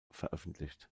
veröffentlicht